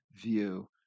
view